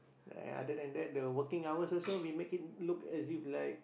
uh other than that the working hours also we make it looks as if like